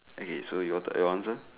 okay so your turn your answer